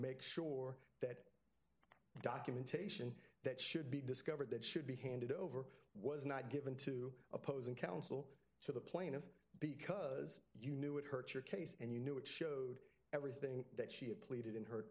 make sure that documentation that should be discovered that should be handed over was not given to opposing counsel to the plaintiff because you knew it hurt your case and you knew it showed everything that she had pleaded in her